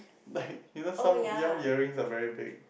like you know some some earrings are very big